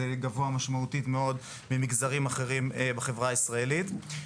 גבוה משמעותית מאוד ממגזרים אחרים בחברה הישראלית.